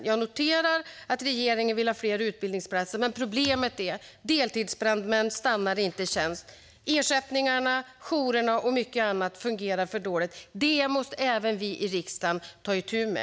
Jag noterar att regeringen vill ha fler utbildningsplatser, men problemet är att deltidsbrandmän inte stannar i tjänst. Ersättningarna, jourerna och mycket annat fungerar för dåligt. Detta måste även vi i riksdagen ta itu med.